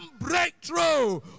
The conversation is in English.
Breakthrough